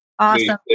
awesome